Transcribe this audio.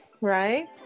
Right